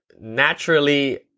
naturally